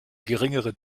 geringere